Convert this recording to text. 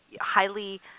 highly